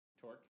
Torque